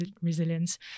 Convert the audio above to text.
resilience